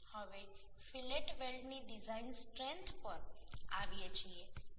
હવે ફિલેટ વેલ્ડની design strength પર આવીએ છીએ